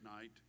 night